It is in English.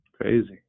crazy